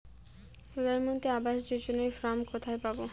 প্রধান মন্ত্রী আবাস যোজনার ফর্ম কোথায় পাব?